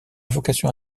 vocation